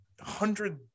hundred